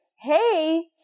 hey